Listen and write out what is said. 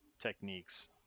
techniques